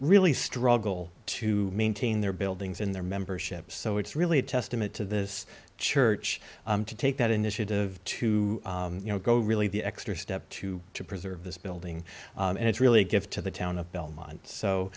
really struggle to maintain their buildings in their membership so it's really a testament to this church to take that initiative to you know go really the extra step to to preserve this building and it's really a gift to the town of belmont so